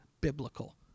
biblical